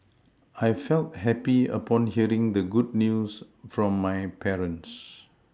I felt happy upon hearing the good news from my parents